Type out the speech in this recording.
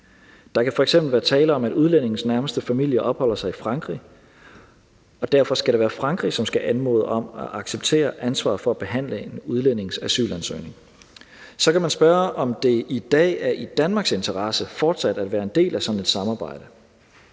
Der kan f.eks. være tale om, at udlændingens nærmeste familie opholder sig i Frankrig, og derfor skal det være Frankrig, som skal anmodes om at acceptere ansvaret for at behandle udlændingens asylansøgning. Så kan man spørge, om det i dag er i Danmarks interesse fortsat at være en del af sådan et samarbejde.